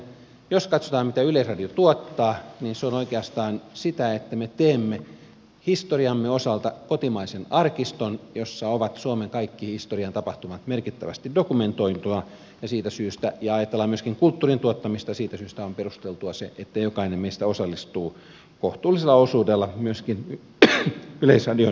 jos katsotaan mitä yleisradio tuottaa niin se on oikeastaan sitä että me teemme historiamme osalta kotimaisen arkiston jossa ovat suomen kaikki historian tapahtumat merkittävästi dokumentoituina ja ajatellaan myöskin kulttuurin tuottamista ja siitä syystä on perusteltua se että jokainen meistä osallistuu kohtuullisella osuudella myöskin yleisradion rahoittamiseen